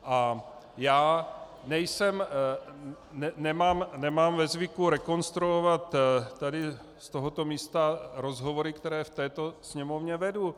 A já nejsem, nemám ve zvyku rekonstruovat tady z tohoto místa rozhovory, které v této Sněmovně vedu.